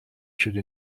should